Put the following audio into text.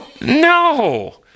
No